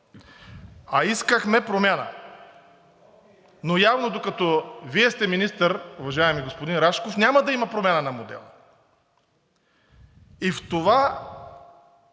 А искахме промяна! Но явно, докато Вие сте министър, уважаеми господин Рашков, няма да има промяна на модела! И в това,